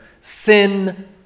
sin